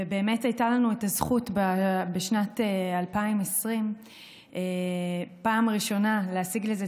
ובאמת הייתה לנו הזכות בשנת 2020 להשיג לזה